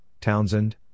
Townsend